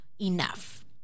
enough